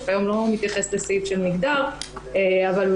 שכיום לא מתייחס לסעיף של מגדר אבל הוא